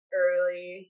early